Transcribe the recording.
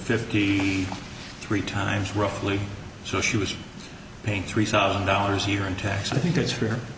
fifty three times roughly so she was paid three thousand dollars a year in tax i think it's fair